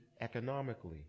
economically